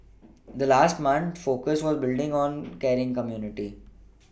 the last month the focus was on building a caring community